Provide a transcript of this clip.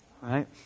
right